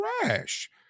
trash